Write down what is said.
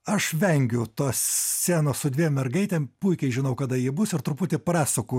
aš vengiu tos scenos su dviem mergaitėm puikiai žinau kada ji bus ir truputį prasuku